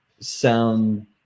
sound